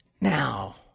now